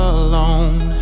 alone